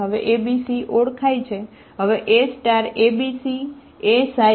હવે A B C ઓળખાય છે હવે A A B C